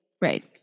Right